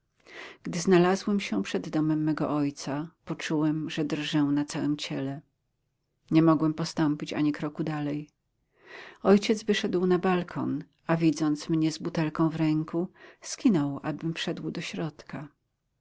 gdy znalazłem się przed domem mego ojca poczułem że drżę na całym ciele nie mogłem postąpić ani kroku dalej ojciec wyszedł na balkon a widząc mnie z butelką w ręku skinął abym wszedł do środka